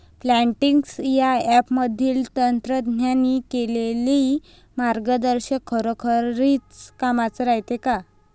Plantix या ॲपमधील तज्ज्ञांनी केलेली मार्गदर्शन खरोखरीच कामाचं रायते का?